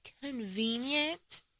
convenient